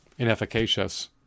Inefficacious